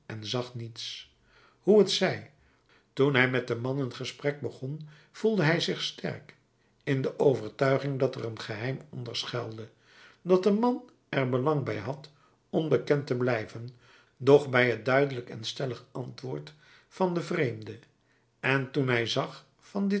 en zag niets hoe het zij toen hij met den man een gesprek begon voelde hij zich sterk in de overtuiging dat er een geheim onder schuilde dat de man er belang bij had onbekend te blijven doch bij het duidelijk en stellig antwoord van den vreemde en toen hij zag van dit